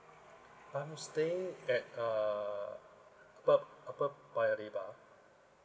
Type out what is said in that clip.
primary stay at uh above above paya lebar